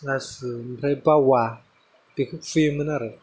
आसु ओमफ्राय बावा बेखौ खुबैयोमोन आरो